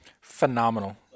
phenomenal